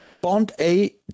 Bond-A